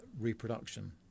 reproduction